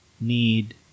need